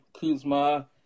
Kuzma